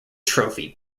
trophy